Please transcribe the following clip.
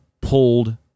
pulled